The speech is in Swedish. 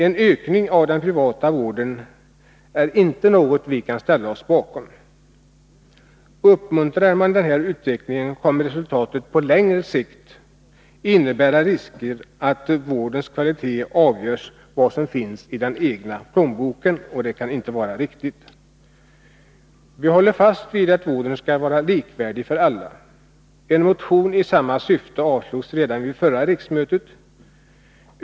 En ökning av den privata vården är inte något som vi kan ställa oss bakom. Uppmuntrar man den utvecklingen, kommer resultatet på längre sikt att innebära en risk för att vårdens kvalitet avgörs av vad som finns i den egna plånboken — och det kan inte vara riktigt. Vi håller fast vid att vården skall vara likvärdig för alla. En motion i samma syfte som motion 1081 avslogs redan vid förra riksmötet.